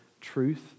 truth